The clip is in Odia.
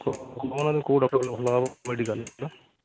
କ'ଣ କେଉଁ ଡ଼କ୍ଟର୍ କହିଲେ ଭଲ ହେବ ମେଡ଼ିକାଲ୍ରେ